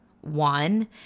one